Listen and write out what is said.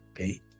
okay